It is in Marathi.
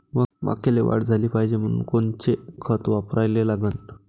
मक्याले वाढ झाली पाहिजे म्हनून कोनचे खतं वापराले लागन?